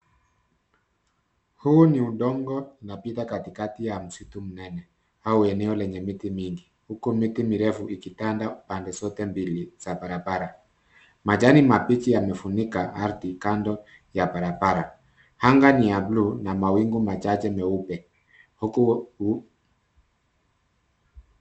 Huu ni udongo unapita katikati ya msitu mnene au eneo lenye miti mingi huku miti mirefu ikitanda pande zote mbili za barabara. Majani mabichi yamefunika ardhi kando ya barabara. Anga ni ya bluu na mawingu machache meupe.